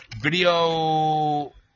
video